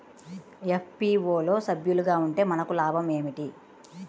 FPO లో సభ్యులుగా ఉంటే మనకు లాభం ఏమిటి?